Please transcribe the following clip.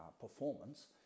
performance